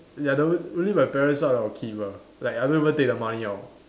ya that one really my parents one I'll keep ah like I don't even take the money out